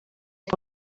que